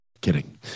Kidding